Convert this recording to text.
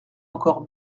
encore